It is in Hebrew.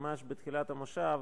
ממש בתחילת המושב,